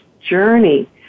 journey